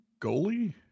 goalie